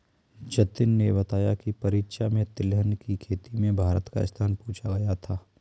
जतिन ने बताया की परीक्षा में तिलहन की खेती में भारत का स्थान पूछा गया था